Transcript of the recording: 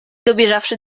dobieżawszy